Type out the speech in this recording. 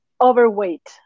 overweight